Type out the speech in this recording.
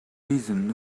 reason